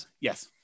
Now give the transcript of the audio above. Yes